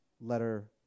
letter